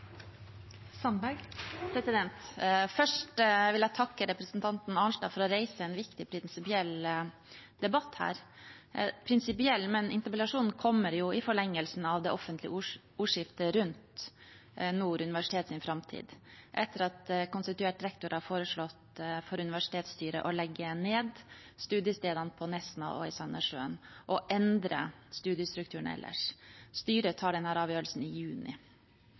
prinsipiell, men interpellasjonen kommer jo i forlengelsen av det offentlige ordskiftet rundt framtiden til Nord universitet etter at konstituert rektor har foreslått for universitetsstyret å legge ned studiestedene på Nesna og i Sandnessjøen og endre studiestrukturen ellers. Styret tar avgjørelsen i juni.